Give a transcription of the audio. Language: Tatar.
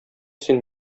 син